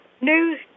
news